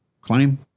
claim